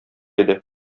иде